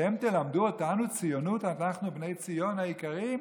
אתם תלמדו אותנו ציונות, אנחנו, בני ציון היקרים?